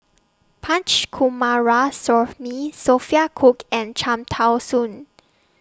Punch Coomaraswamy Sophia Cooke and Cham Tao Soon